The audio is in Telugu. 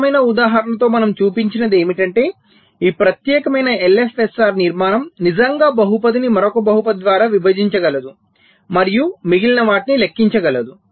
సరళమైన ఉదాహరణతో మనం చూపించినది ఏమిటంటే ఈ ప్రత్యేకమైన ఎల్ఎఫ్ఎస్ఆర్ నిర్మాణం నిజంగా బహుపదిని మరొక బహుపది ద్వారా విభజించగలదు మరియు మిగిలిన వాటిని లెక్కించగలదు